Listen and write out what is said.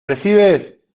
recibes